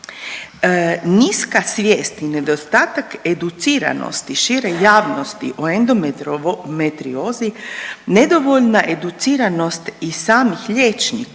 niska svijest i nedostatak educiranosti šire javnosti o endometriozi, nedovoljna educiranost i samih liječnika,